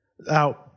Now